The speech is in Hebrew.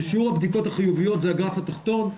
ושיעור הבדיקות החיוביות זה הגרף התחתון,